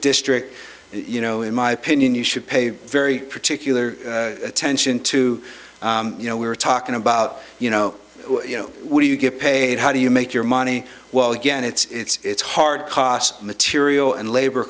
district you know in my opinion you should pay a very particular attention to you know we were talking about you know you know what do you get paid how do you make your money well again it's hard cost material and labor